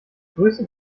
größte